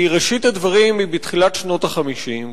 כי ראשית הדברים היא בתחילת שנות ה-50,